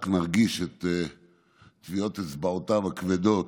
רק נרגיש את טביעות אצבעותיו הכבדות.